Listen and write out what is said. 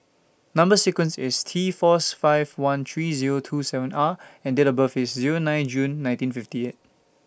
Number sequence IS T Fourth five one three Zero two seven R and Date of birth IS Zero nine June nineteen fifty eight